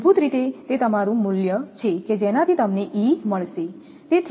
મૂળભૂત રીતે તે તમારું મૂલ્ય છે કે જેનાથી તમને E મળશે